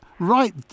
Right